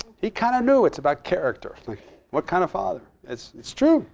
he kind of knew it's about character. like what kind of father? it's it's true.